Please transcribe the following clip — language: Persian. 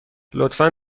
لطفا